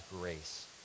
grace